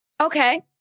Okay